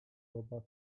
robaki